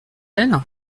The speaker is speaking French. elle